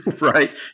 Right